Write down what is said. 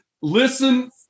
Listen